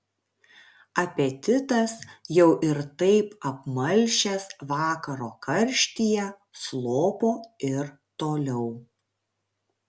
apetitas jau ir taip apmalšęs vakaro karštyje slopo ir toliau